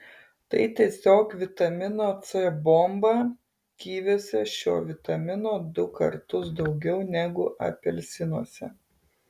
tai tiesiog vitamino c bomba kiviuose šio vitamino du kartus daugiau negu apelsinuose